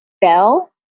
bell